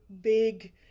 big